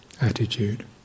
attitude